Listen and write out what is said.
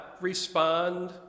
respond